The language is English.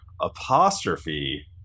apostrophe